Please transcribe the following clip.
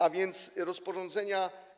A więc rozporządzenia.